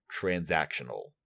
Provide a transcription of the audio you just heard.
transactional